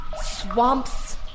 swamps